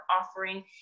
offering